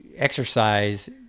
exercise